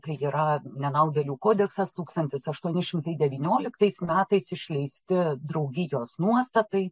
tai yra nenaudėlių kodeksas tūkstantis aštuoni šimtai devynioliktais metais išleisti draugijos nuostatai